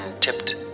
tipped